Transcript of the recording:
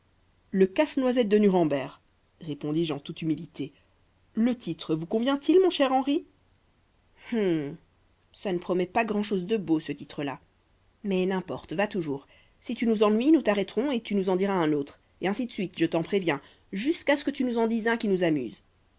le casse-noisette de nuremberg répondis-je en toute humilité le titre vous convient-il mon cher henri hum ça ne promet pas grand-chose de beau ce titre là mais n'importe va toujours si tu nous ennuies nous t'arrêterons et tu nous en diras un autre et ainsi de suite je t'en préviens jusqu'à ce que tu nous en dises un qui nous amuse